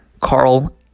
Carl